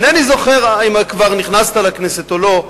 אינני זוכר אם כבר נכנסת לכנסת או לא,